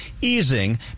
easing